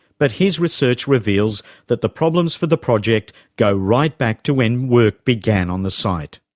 but his research reveals that the problems for the project go right back to when work began on the site.